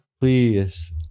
Please